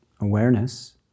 awareness